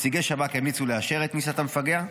נציגי שב"כ המליצו לאשר את כניסת המפגע,